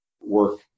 work